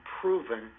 proven